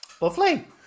Lovely